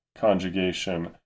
conjugation